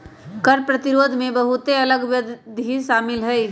कर प्रतिरोध में बहुते अलग अल्लग विधि शामिल हइ